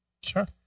Sure